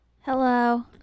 Hello